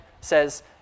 says